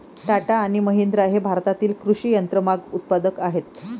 टाटा आणि महिंद्रा हे भारतातील कृषी यंत्रमाग उत्पादक आहेत